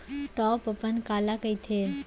Top अपन काला कहिथे?